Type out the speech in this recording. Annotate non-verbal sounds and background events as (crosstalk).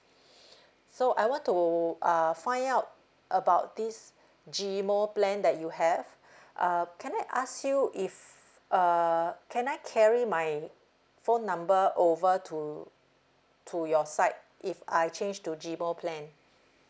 (breath) so I want to uh find out about this g mo plan that you have um can I ask you if uh can I carry my phone number over to to your side if I change to g mo plan